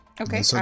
Okay